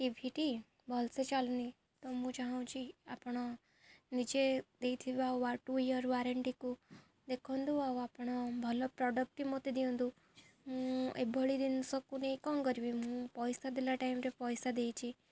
ଟିଭିଟି ଭଲସେ ଚାଲୁନି ତ ମୁଁ ଚାହୁଁଛି ଆପଣ ନିଜେ ଦେଇଥିବା ୱ ଟୁ ଇୟର ୱାରେଣ୍ଟିକୁ ଦେଖନ୍ତୁ ଆଉ ଆପଣ ଭଲ ପ୍ରଡ଼କ୍ଟଟି ମୋତେ ଦିଅନ୍ତୁ ମୁଁ ଏଭଳି ଜିନିଷକୁ ନେଇ କ'ଣ କରିବି ମୁଁ ପଇସା ଦେଲା ଟାଇମରେ ପଇସା ଦେଇଛି